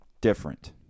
different